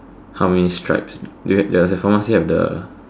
how many stripes do you does your pharmacy have the